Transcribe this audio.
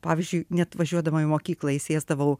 pavyzdžiui net važiuodama į mokyklą įsėsdavau